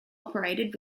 operated